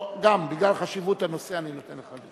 לא, גם בגלל חשיבות הנושא אני נותן לך.